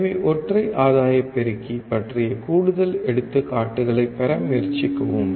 எனவே ஒற்றை ஆதாய பெருக்கி பற்றிய கூடுதல் எடுத்துக்காட்டுகளைப் பெற முயற்சிக்கவும்